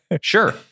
Sure